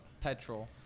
Petrol